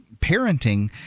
parenting